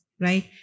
right